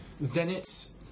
Zenit